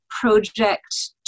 project